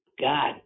God